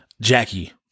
Jackie